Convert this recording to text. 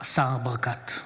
השר ברקת.